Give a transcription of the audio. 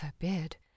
forbid